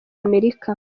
amerika